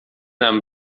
nam